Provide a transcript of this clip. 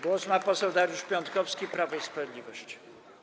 Głos ma poseł Dariusz Piontkowski, Prawo i Sprawiedliwość.